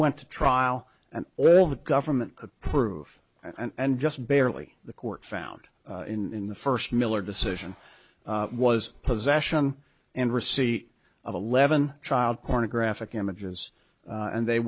went to trial and all the government could prove and just barely the court found in the first miller decision was possession and receipt of eleven child porn a graphic images and they